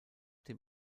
dem